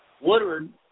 Woodward